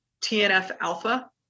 TNF-alpha